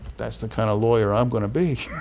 that's the kind of lawyer i'm going to be, yeah